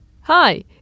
hi